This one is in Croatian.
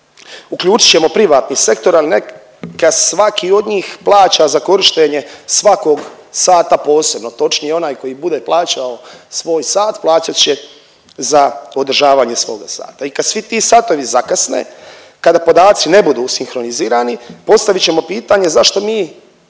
Uključit ćemo privatni sektor, ali neka svaki od njih plaća za korištenje svakog sata posebno, točnije onaj koji bude plaćao svoj sat plaćat će za održavanje svoga sata. I kad svi ti satovi zakasne, kada podaci ne budu sinhronizirani postavit ćemo pitanje zašto mi